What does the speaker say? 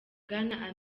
bwana